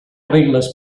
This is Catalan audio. regles